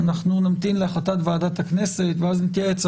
אנחנו נמתין להחלטת ועדת הכנסת ואז נתייעץ,